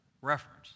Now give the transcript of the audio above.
reference